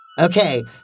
Okay